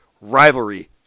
rivalry